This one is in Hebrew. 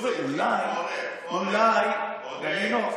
עודד, עודד,